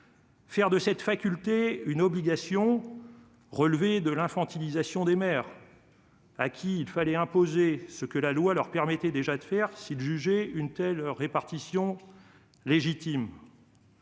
Faire de cette faculté une obligation relevait de l'infantilisation des maires, à qui il fallait imposer ce que la loi leur permettait déjà de faire s'ils jugeaient une telle répartition légitime.